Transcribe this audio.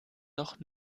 noch